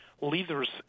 leaders